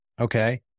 Okay